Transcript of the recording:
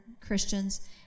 Christians